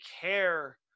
care